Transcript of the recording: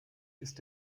ist